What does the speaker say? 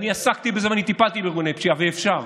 אני עסקתי בזה ואני טיפלתי בארגוני פשיעה, ואפשר.